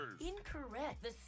Incorrect